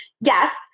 Yes